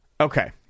Okay